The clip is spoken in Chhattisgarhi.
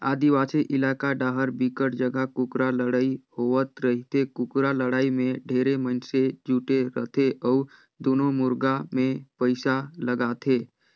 आदिवासी इलाका डाहर बिकट जघा कुकरा लड़ई होवत रहिथे, कुकरा लड़ाई में ढेरे मइनसे जुटे रथे अउ दूनों मुरगा मे पइसा लगाथे